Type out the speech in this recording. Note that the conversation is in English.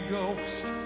Ghost